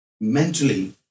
mentally